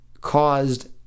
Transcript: caused